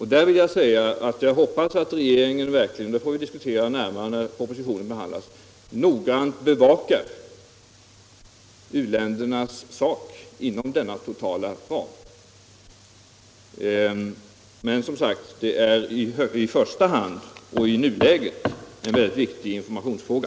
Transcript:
I det avseendet hoppas jag att regeringen verkligen — det får vi diskutera närmare då propositionen behandlas — noggrant bevakar u-ländernas intresse inom denna totala ram. Men här rör det sig som sagt i första hand och i nuläget om en ytterligt viktig informationsfråga.